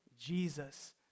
Jesus